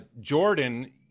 Jordan